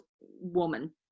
woman